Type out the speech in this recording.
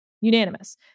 Unanimous